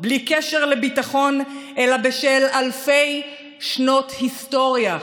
בלי קשר לביטחון אלא בשל אלפי שנות היסטוריה.